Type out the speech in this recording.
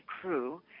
crew